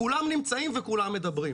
כולם נמצאים וכולם מדברים.